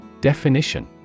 Definition